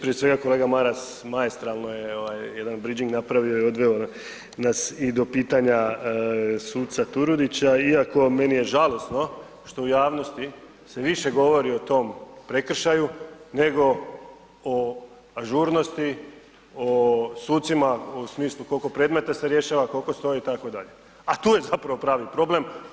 Prije svega kolega Maras maestralno je ovaj jedan bridžing napravio i odveo nas i do pitanja suca Turudića iako meni je žalosno što se u javnosti više govori o tom prekršaju nego o ažurnosti, o sucima u smislu koliko predmeta se rješava, koliko stoje itd., a tu je zapravo pravi problem.